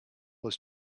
was